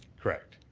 correct.